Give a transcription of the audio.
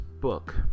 book